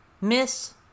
Miss